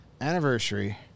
anniversary